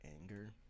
anger